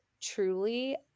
truly